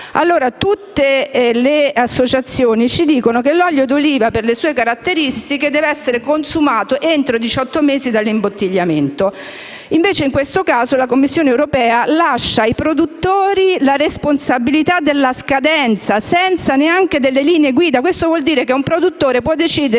d'oliva. Tutte le associazioni ci dicono che l'olio d'oliva, per le sue caratteristiche, deve essere consumato entro diciotto mesi dall'imbottigliamento. In questo caso, invece, la Commissione europea lascia ai produttori la responsabilità della scadenza, senza neanche indicare linee guida. Questo vuol dire che un produttore può decidere